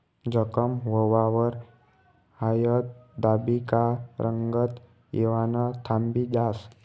जखम व्हवावर हायद दाबी का रंगत येवानं थांबी जास